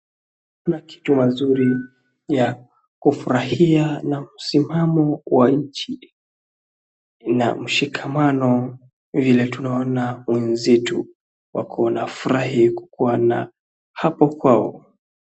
Kuna kitu mazuri ya kufurahia na msimamo wa nchi na mshikamano vile tunaona wenzetu wako na furaha kukua na hapo kwao.